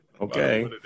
Okay